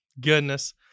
Goodness